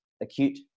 acute